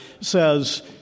says